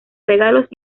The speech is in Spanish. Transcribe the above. regalos